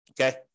okay